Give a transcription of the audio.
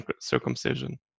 circumcision